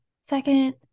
Second